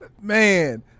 man